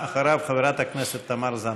אחריו, חברת הכנסת תמר זנדברג.